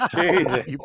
Jesus